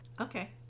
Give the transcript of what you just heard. Okay